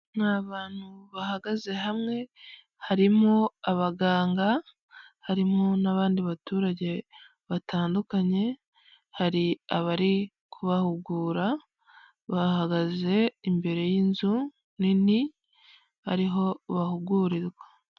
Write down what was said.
Ni abantu bahagaze hamwe, harimo abaganga harimo n'abandi baturage batandukanye, hari abari kubahugura bahagaze imbere y'inzu nini ariho bahugurirwa.